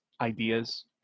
ideas